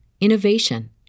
innovation